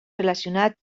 relacionat